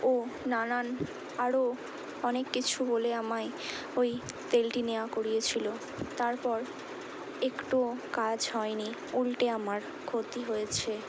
ও নানান আরও অনেক কিছু বলে আমায় ঐ তেলটি নেওয়া করিয়েছিলো তারপর একটুও কাজ হয়নি উল্টে আমার ক্ষতি হয়েছে